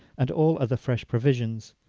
and all other fresh provisions.